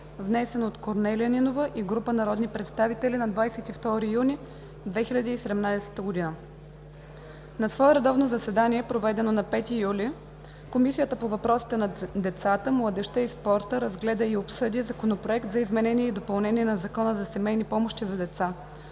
внесен от Корнелия Нинова и група народни представители на 22 юни 2017 г. На свое редовно заседание, проведено на 5 юли 2017 г., Комисията по въпросите на децата, младежта и спорта разгледа и обсъди Законопроект за изменение и допълнение на Закона за семейни помощи за деца,